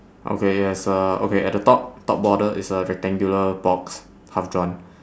okay yes uh okay at the top top border is a rectangular box half drawn